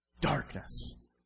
Darkness